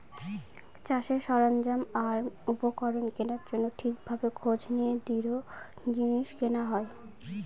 চাষের সরঞ্জাম আর উপকরণ কেনার জন্য ঠিক ভাবে খোঁজ নিয়ে দৃঢ় জিনিস কেনা হয়